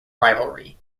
rivalry